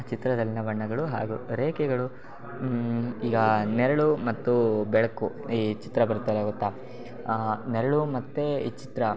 ಚಿತ್ರದಲ್ಲಿನ ಬಣ್ಣಗಳು ಹಾಗೂ ರೇಖೆಗಳು ಈಗ ನೆರಳು ಮತ್ತು ಬೆಳಕು ಈ ಚಿತ್ರ ಬರುತ್ತಲ್ಲ ಗೊತ್ತಾ ನೆರಳು ಮತ್ತು ಈ ಚಿತ್ರ